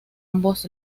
ambos